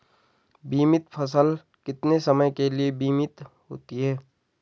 बीमित फसल कितने समय के लिए बीमित होती है?